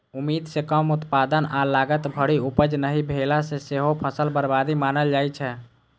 उम्मीद सं कम उत्पादन आ लागत भरि उपज नहि भेला कें सेहो फसल बर्बादी मानल जाइ छै